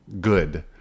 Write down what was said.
good